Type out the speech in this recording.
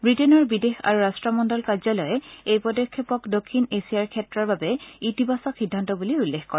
ৱিটেইনৰ বিদেশ আৰু ৰাট্টমণ্ডল কাৰ্যালয়ে এই পদক্ষেপক দক্ষিণ এছিয়াৰ ক্ষেত্ৰৰ বাবে ইতিবাচক সিদ্ধান্ত বুলি উল্লেখ কৰে